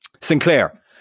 Sinclair